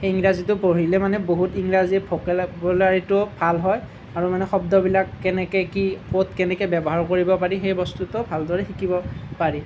সেই ইংৰাজীটো পঢ়িলে মানে বহুত ইংৰাজী ভকেবুলাৰীটো ভাল হয় আৰু মানে শব্দবিলাক কেনেকৈ কি ক'ত কেনেকৈ ব্যৱহাৰ কৰিব পাৰি সেই বস্তুটো ভালদৰে শিকিব পাৰি